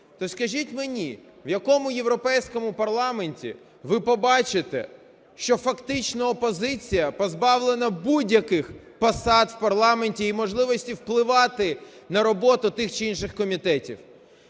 То скажіть мені, в якому Європейському парламенті ви побачите, що фактично опозиція позбавлена будь-яких посад в парламенті і можливості впливати на роботу тих чи інших комітетів?